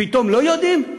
פתאום לא יודעים?